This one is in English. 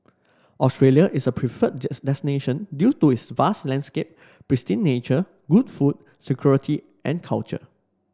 Australia is a preferred destination due to its vast landscape pristine nature good food security and culture